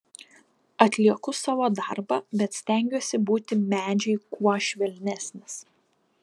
atlieku savo darbą bet stengiuosi būti medžiui kuo švelnesnis